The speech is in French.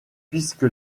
puisque